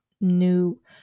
new